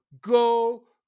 go